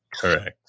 correct